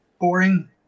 boring